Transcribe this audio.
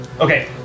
Okay